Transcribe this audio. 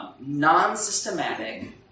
non-systematic